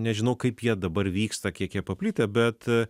nežinau kaip jie dabar vyksta kiek jie paplitę bet